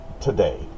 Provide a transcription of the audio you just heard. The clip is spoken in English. today